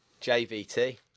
JVT